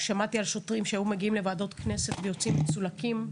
שמעתי על שוטרים שהיו מגיעים לוועדות כנסת ויצאו מצולקים,